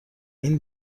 این